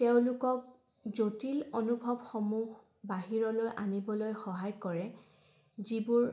তেওঁলোকক জটিল অনুভৱসমূহ বাহিৰলৈ আনিবলৈ সহায় কৰে যিবোৰ